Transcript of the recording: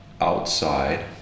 outside